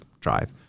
drive